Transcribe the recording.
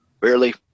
Barely